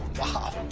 wow.